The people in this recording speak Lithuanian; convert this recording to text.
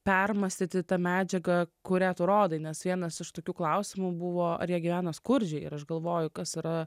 permąstyti tą medžiagą kurią tu rodai nes vienas iš tokių klausimų buvo ar jie gyvena skurdžiai ir aš galvoju kas yra